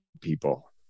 people